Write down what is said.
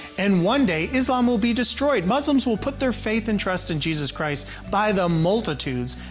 and one day, islam will be destroyed, muslims will put their faith and trust in jesus christ by the multitudes,